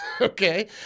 okay